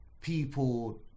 people